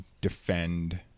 defend